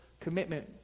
commitment